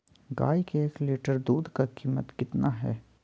गाय के एक लीटर दूध का कीमत कितना है?